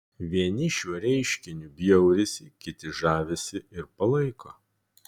vieni šiuo reiškiniu bjaurisi kiti žavisi ir palaiko